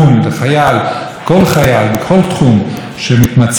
בכל תחום שהוא מתמצא בו ושמשתלם בו,